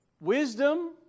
wisdom